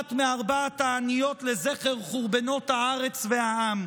אחת מארבע התעניות לזכר חורבנות הארץ והעם.